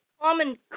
common